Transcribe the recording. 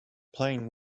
playing